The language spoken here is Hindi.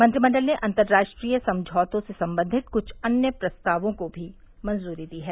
मंत्रिमंडल ने अंतर्राष्ट्रीय समझौतों से संबंधित कुछ अन्य प्रस्तावों को भी मंजूरी दी है